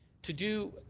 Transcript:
to do